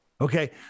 Okay